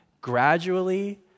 gradually